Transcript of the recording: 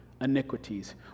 iniquities